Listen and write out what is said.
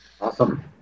Awesome